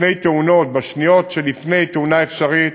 מפני תאונות בשניות שלפני תאונה אפשרית,